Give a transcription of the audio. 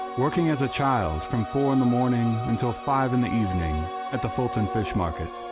working as child from four in the morning until five in the evening at the fulton fish market,